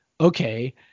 okay